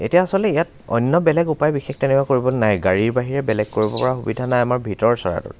এতিয়া আচলতে ইয়াত অন্য় বেলেগ উপায় বিশেষ তেনেকুৱা কৰিব নাই গাড়ীৰ বাহিৰে বেলেগ কৰিব পৰা সুবিধা নাই আমাৰ ভিতৰ চৰাটোত